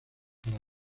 para